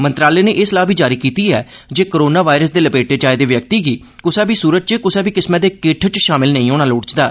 मंत्रालय नै एह सलाह बी जारी कीती ऐ जे कोरोना वायरस दे लपेटे च आए दे व्यक्ति गी कुसै बी सूरतै च कुसै बी किस्मै दे किट्ठ च शामल नेई होना लोड़चदा